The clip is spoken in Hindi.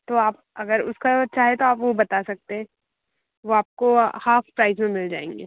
तो आप अगर उसका चाहें तो आप वो बता सकते हैं वो आपको हाफ़ सैज में मिल जाएंगे